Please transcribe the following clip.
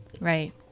right